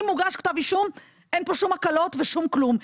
אם הוגש כתב אישום אין פה שום הקלות ושום כלום.